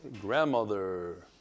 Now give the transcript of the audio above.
grandmother